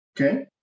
Okay